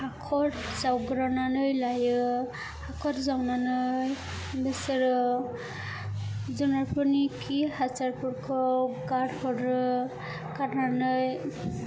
हाखर जावग्रोनानै लायो हाखर जावनानै बिसोरो जुनारफोरनि खि हासारफोरखौ गारहरो गारनानै